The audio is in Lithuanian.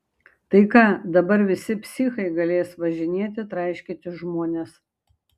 tai ką dabar visi psichai galės važinėti traiškyti žmones